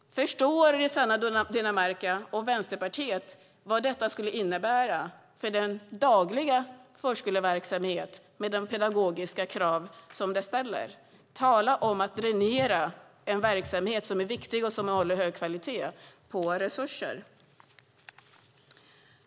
Förstår Rossana Dinamarca och Vänsterpartiet vad detta skulle innebära för den dagliga förskoleverksamheten med de pedagogiska krav som ställs på den? Tala om att dränera en viktig verksamhet som håller hög kvalitet på resurser!